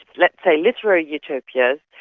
let's say, literary utopias,